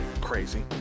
crazy